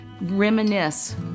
reminisce